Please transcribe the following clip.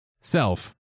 Self